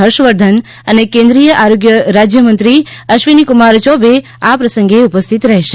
હર્ષવર્ધન અને કેન્દ્રિય આરોગ્ય રાજ્યમંત્રી અશ્વિનીકુમાર ચૌબે આ પ્રસંગે ઉપસ્થિત રહેશે